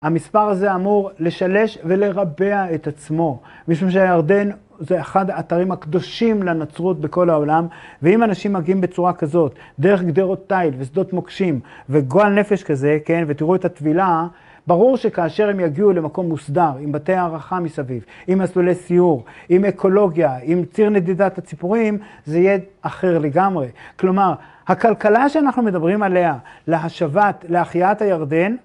המספר הזה אמור לשלש ולרבע את עצמו. משום שהירדן זה אחד האתרים הקדושים לנצרות בכל העולם, ואם אנשים מגיעים בצורה כזאת, דרך גדרות תיל ושדות מוקשים וגועל נפש כזה, כן, ותראו את התבילה, ברור שכאשר הם יגיעו למקום מוסדר, עם בתי הערכה מסביב, עם מסלולי סיור, עם אקולוגיה, עם ציר נדידת הציפורים, זה יהיה אחר לגמרי. כלומר, הכלכלה שאנחנו מדברים עליה להשבת, להחייאת הירדן,